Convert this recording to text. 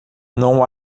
não